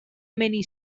many